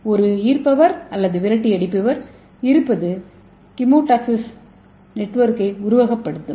ஒரு ஈர்ப்பவர் அல்லது விரட்டியடிப்பவர் இருப்பது கெமோடாக்சிஸ் நெட்வொர்க்கை உருவகப்படுத்தும்